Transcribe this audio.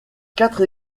quatre